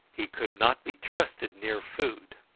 he could not be trusted near food.